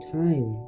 time